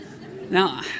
Now